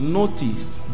noticed